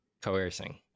coercing